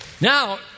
Now